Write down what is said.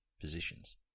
positions